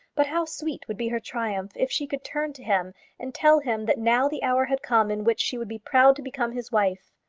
but how sweet would be her triumph if she could turn to him and tell him that now the hour had come in which she would be proud to become his wife!